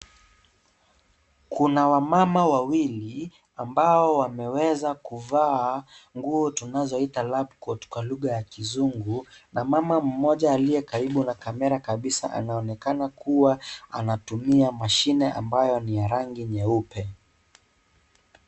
Kuna wamama wawili ambao wameweza kuvaa nguo tunazoita lab coat kwa lugha ya kizungu na mama mmoja aliye karibu na kamera kabisa, anaonekana akitumia mashine ambayo ni ya rangi nyeupe.